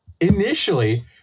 initially